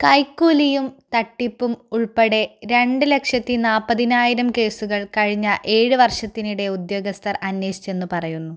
കൈക്കൂലിയും തട്ടിപ്പും ഉൾപ്പെടെ രണ്ട് ലക്ഷത്തി നാൽപ്പതിനായിരം കേസുകൾ കഴിഞ്ഞ ഏഴ് വർഷത്തിനിടെ ഉദ്യോഗസ്ഥർ അന്വേഷിച്ചെന്ന് പറയുന്നു